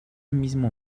mismo